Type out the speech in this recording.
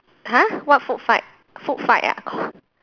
!huh! what food fight food fight ah